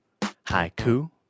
haiku